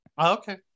Okay